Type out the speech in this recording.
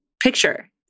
picture